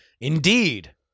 Indeed